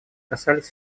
касались